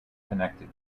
connected